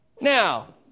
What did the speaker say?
Now